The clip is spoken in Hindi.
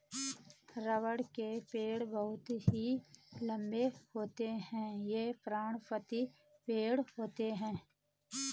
रबड़ के पेड़ बहुत ही लंबे होते हैं ये पर्णपाती पेड़ होते है